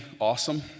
awesome